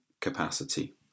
capacity